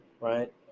right